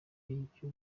ibihugu